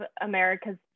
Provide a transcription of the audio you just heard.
America's